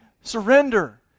Surrender